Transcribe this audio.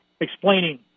explaining